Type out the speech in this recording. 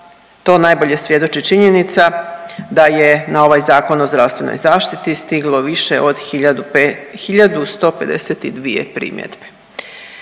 to najbolje svjedoči činjenica da je na ovaj zakon o zdravstvenoj zaštiti stiglo više od hiljadu